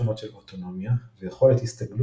שונות של אוטונומיה ויכולת הסתגלות